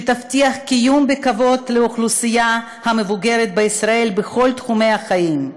שתבטיח קיום בכבוד לאוכלוסייה המבוגרת בישראל בכל תחומי החיים,